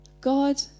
God